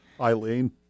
Eileen